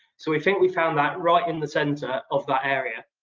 so we think we found that right in the center of the area,